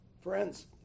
friends